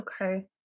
okay